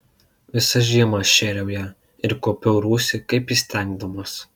visą žiemą aš šėriau ją ir kuopiau rūsį kaip įstengdamas